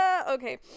okay